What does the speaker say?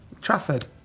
Trafford